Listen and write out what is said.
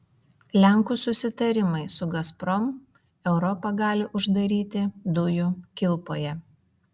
lenkų susitarimai su gazprom europą gali uždaryti dujų kilpoje